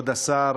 כבוד השר,